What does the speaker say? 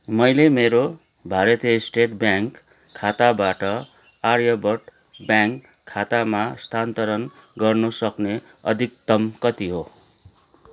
मैले मेरो भारतीय स्टेट ब्याङ्क खाताबाट आर्यव्रत ब्याङ्क खातामा स्थानान्तरण गर्न सक्ने अधिकतम कति हो